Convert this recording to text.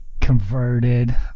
converted